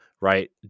right